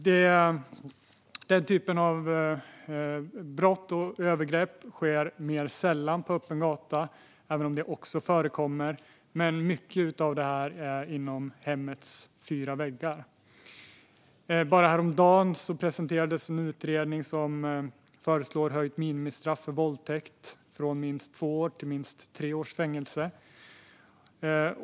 Denna typ av brott och övergrepp sker mer sällan på öppen gata, även om det också förekommer. Men mycket av detta sker innanför hemmets fyra väggar. Häromdagen presenterades en utredning som föreslår höjt minimistraff för våldtäkt från minst två års fängelse till minst tre års fängelse.